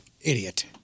Idiot